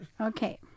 Okay